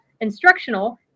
instructional